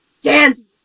Dandy